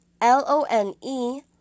L-O-N-E